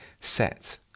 set